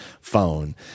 phone